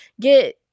get